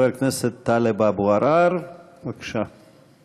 חבר הכנסת טלב אבו עראר, בבקשה.